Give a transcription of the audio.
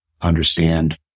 understand